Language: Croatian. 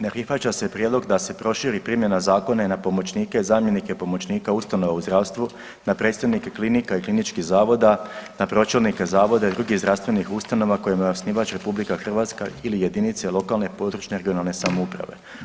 Ne prihvaća se prijedlog da se proširi primjena zakona i na pomoćnike i zamjenike pomoćnika u ustanovama u zdravstvu, na predstojnike klinika i kliničkih zavoda, na pročelnike zavoda i drugih zdravstvenih ustanova kojima je osnivač RH ili jedinice lokalne područne i regionalne samouprave.